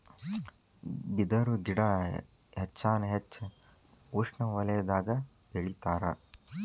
ಬಿದರು ಗಿಡಾ ಹೆಚ್ಚಾನ ಹೆಚ್ಚ ಉಷ್ಣವಲಯದಾಗ ಬೆಳಿತಾರ